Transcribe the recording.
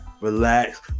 relax